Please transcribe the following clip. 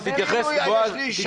כאילו יש לי שטיח -- בועז,